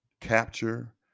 Capture